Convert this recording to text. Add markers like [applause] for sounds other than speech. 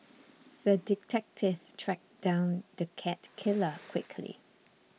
[noise] the detective tracked down the cat killer quickly